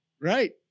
right